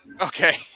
okay